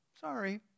sorry